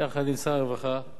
יחד עם שר הרווחה,